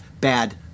bad